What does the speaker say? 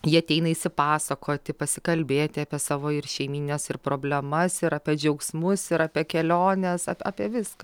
jie ateina išsipasakoti pasikalbėti apie savo ir šeimynines problemas ir apie džiaugsmus ir apie keliones apie viską